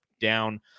down